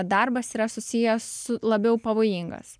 darbas yra susijęs labiau pavojingas